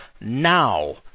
now